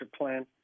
plan